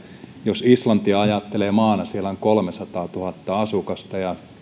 jos islantia ajattelee maana siellä on kolmesataatuhatta asukasta ja